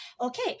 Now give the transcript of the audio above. Okay